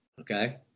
Okay